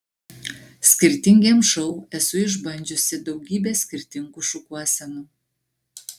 skirtingiems šou esu išbandžiusi daugybę skirtingų šukuosenų